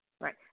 right